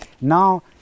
now